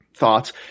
Thoughts